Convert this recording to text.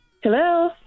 Hello